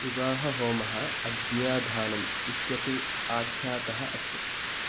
विवाहहोमः अग्न्याधानम् इत्यपि आख्यातः अस्ति